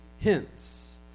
hence